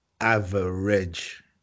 average